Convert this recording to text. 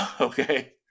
Okay